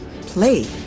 Play